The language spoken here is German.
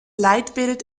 leitbild